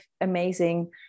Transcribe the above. amazing